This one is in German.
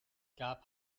gab